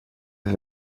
del